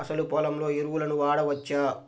అసలు పొలంలో ఎరువులను వాడవచ్చా?